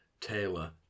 Taylor